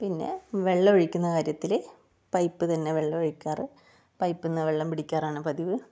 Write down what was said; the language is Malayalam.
പിന്നെ വെള്ളമൊഴിക്കുന്ന കാര്യത്തില് പൈപ്പ് തന്നെ വെള്ളമൊഴിക്കാറ് പൈപ്പിൽ നിന്ന് വെള്ളം പിടിക്കാറാണ് പതിവ്